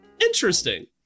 Interesting